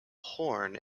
horn